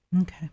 okay